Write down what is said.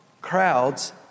crowds